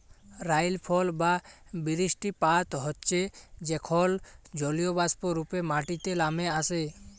রাইলফল বা বিরিস্টিপাত হচ্যে যখল জলীয়বাষ্প রূপে মাটিতে লামে আসে